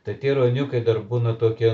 tai tie ruoniukai dar būna tokie